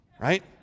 Right